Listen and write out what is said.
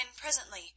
presently